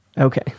Okay